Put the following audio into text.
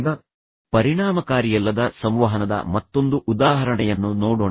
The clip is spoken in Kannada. ಈಗ ಪರಿಣಾಮಕಾರಿಯಲ್ಲದ ಸಂವಹನದ ಮತ್ತೊಂದು ಉದಾಹರಣೆಯನ್ನು ನೋಡೋಣ